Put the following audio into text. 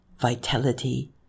vitality